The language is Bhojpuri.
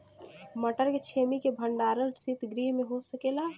मटर के छेमी के भंडारन सितगृह में हो सकेला?